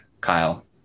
Kyle